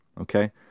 Okay